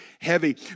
heavy